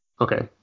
Okay